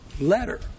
letter